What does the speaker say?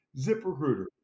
ZipRecruiter